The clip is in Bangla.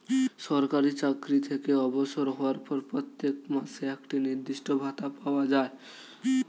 সরকারি চাকরি থেকে অবসর হওয়ার পর প্রত্যেক মাসে একটি নির্দিষ্ট ভাতা পাওয়া যায়